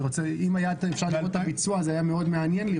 אם היה אפשר לראות את הביצוע זה היה מעניין מאוד